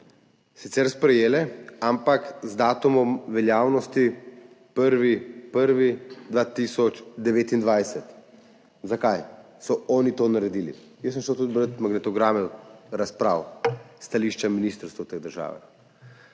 sicer sprejele, ampak z datumom veljavnosti 1. 1. 2029. Zakaj so oni to naredili? Jaz sem šel tudi brat magnetograme razprav s stališča ministrstev v teh državah.